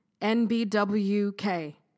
N-B-W-K